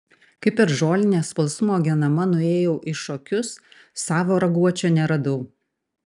kai per žolinę smalsumo genama nuėjau į šokius savo raguočio neradau